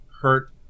hurt